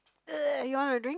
you want a drink